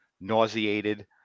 nauseated